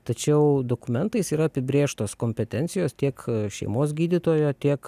tačiau dokumentais yra apibrėžtos kompetencijos tiek šeimos gydytojo tiek